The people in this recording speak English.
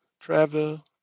travel